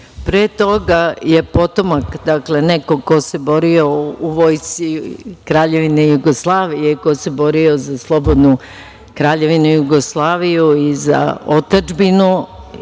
Pre toga je potomak, dakle neko ko se borio u Vojsci Kraljevine Jugoslavije, ko se borio za slobodnu Kraljevinu Jugoslaviju i za otadžbinu